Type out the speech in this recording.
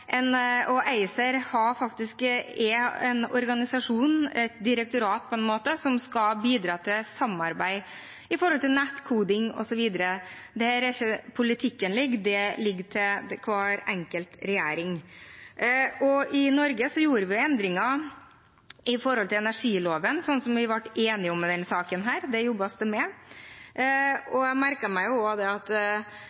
ACER er en organisasjon – et direktorat, på en måte – som skal bidra til samarbeid om nettkoding osv. Det er ikke der politikken ligger. Den ligger til hver enkelt regjering. I Norge gjorde vi endringer i energiloven som vi ble enige om i denne saken. Det jobbes det med.